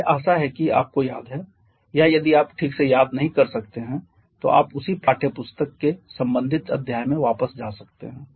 मुझे आशा है कि आपको याद है या यदि आप ठीक से याद नहीं कर सकते हैं तो आप उसी पाठ्यपुस्तक के संबंधित अध्याय में वापस जा सकते हैं